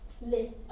list